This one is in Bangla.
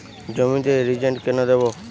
জমিতে রিজেন্ট কেন দেবো?